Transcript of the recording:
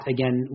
Again